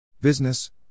business